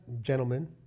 gentlemen